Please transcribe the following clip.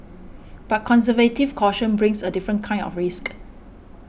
but conservative caution brings a different kind of risk